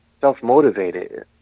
self-motivated